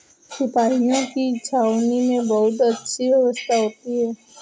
सिपाहियों की छावनी में बहुत अच्छी व्यवस्था होती है